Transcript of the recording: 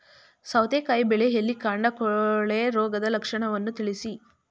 ಸೌತೆಕಾಯಿ ಬೆಳೆಯಲ್ಲಿ ಕಾಂಡ ಕೊಳೆ ರೋಗದ ಲಕ್ಷಣವನ್ನು ತಿಳಿಸಿ?